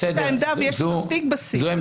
יש העמדה ויש מספיק בסיס.